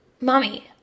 mommy